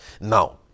Now